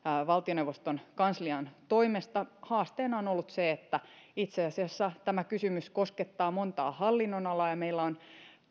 valtioneuvoston kanslian toimesta haasteena on ollut se että itse asiassa tämä kysymys koskettaa montaa hallinnonalaa ja meillä on